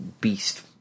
beast